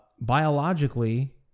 Biologically